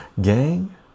Gang